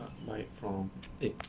buy it from eh